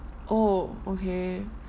oh okay